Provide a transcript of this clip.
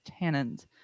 tannins